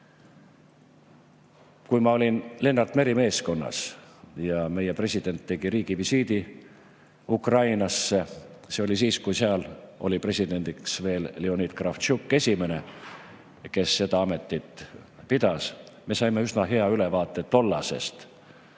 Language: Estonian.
Kui ma olin Lennart Meri meeskonnas ja meie president tegi riigivisiidi Ukrainasse – see oli siis, kui seal oli president Leonid Kravtšuk, esimene, kes seda ametit pidas –, siis me saime üsna hea ülevaate tollasest